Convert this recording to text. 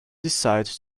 decide